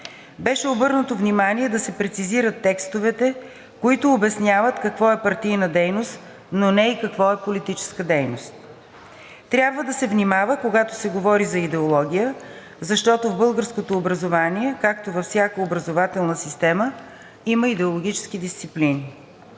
Беше обърнато внимание да се прецизират текстовете, които обясняват какво е партийна дейност, но не и какво е политическа дейност. Трябва да се внимава, когато се говори за идеология, защото в българското образование, както във всяка една образователна система, има идеологически дисциплини.